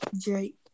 Drake